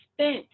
spent